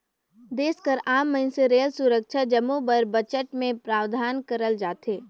देस कर आम मइनसे रेल, सुरक्छा जम्मो बर बजट में प्रावधान करल जाथे